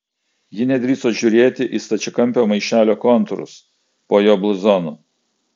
ji nedrįso žiūrėti į stačiakampio maišelio kontūrus po jo bluzonu